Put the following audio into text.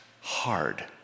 hard